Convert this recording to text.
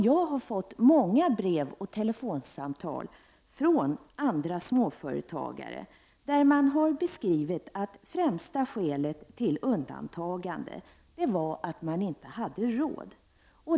Jag har fått många brev och telefonsamtal från småföretagare, där man har beskrivit att främsta skälet till undantagande var att man inte hade råd.